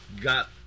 got